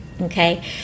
okay